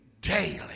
daily